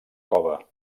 cova